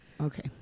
Okay